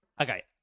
Okay